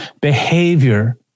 behavior